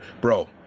Bro